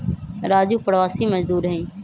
राजू प्रवासी मजदूर हई